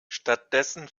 stattdessen